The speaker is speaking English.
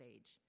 Age